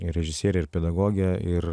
ir režisierė ir pedagogė ir